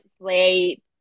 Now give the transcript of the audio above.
sleep